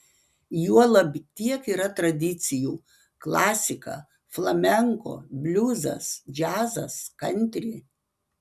juolab tiek yra tradicijų klasika flamenko bliuzas džiazas kantri